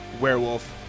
werewolf